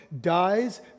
dies